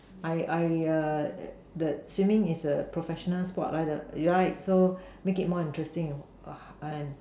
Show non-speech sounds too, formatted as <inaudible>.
I I err the swimming is a professional sport 来的 right so make it more interesting <noise> and